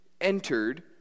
entered